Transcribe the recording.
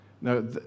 No